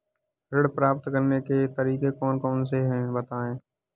ऋण प्राप्त करने के तरीके कौन कौन से हैं बताएँ?